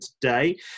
today